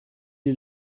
you